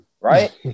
right